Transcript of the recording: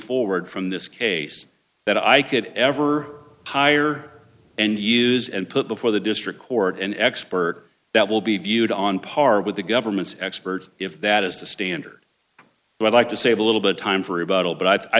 forward from this case that i could ever hire and use and put before the district court an expert that will be viewed on par with the government's experts if that is the standard but i'd like to save a little bit time for a bottle but i